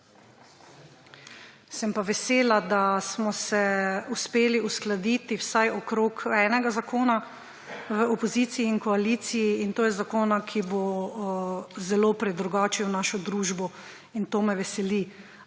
Sem pa vesela, da smo se uspeli uskladiti vsaj okrog enega zakona v opoziciji in koaliciji, in to zakona, ki bo zelo predrugačil našo družbo, in to me veseli.